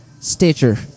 Stitcher